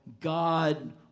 God